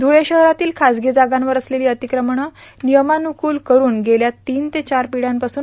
षुळे शहरातील खाजगी जागांवर असलेली अतिक्रमणं नियमाकुल करून गेल्या तीन ते चार पिढ्यापासून